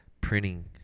printing